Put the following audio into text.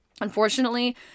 Unfortunately